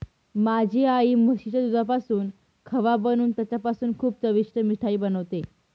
माझी आई म्हशीच्या दुधापासून खवा बनवून त्याच्यापासून खूप चविष्ट मिठाई बनवते